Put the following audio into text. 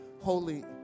holy